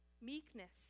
meekness